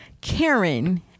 Karen